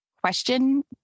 question